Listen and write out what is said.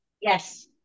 yes